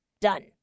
done